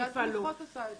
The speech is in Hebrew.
ועדת תמיכות עושה את זה.